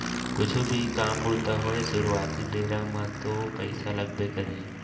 कुछु भी काम बूता होवय सुरुवाती बेरा म तो पइसा लगबे करही